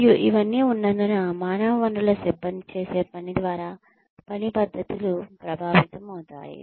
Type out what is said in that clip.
మరియు ఇవన్నీ ఉన్నందున మానవ వనరుల సిబ్బంది చేసే పని ద్వారా పని పద్ధతులు ప్రభావితమవుతాయి